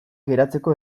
geratzeko